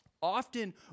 Often